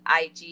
IG